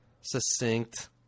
succinct